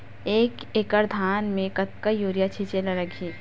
एक एकड़ धान में कतका यूरिया छिंचे ला लगही?